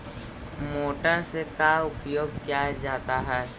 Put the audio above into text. Motor से का उपयोग क्या जाता है?